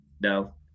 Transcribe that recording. No